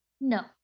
No